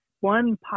one